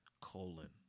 colon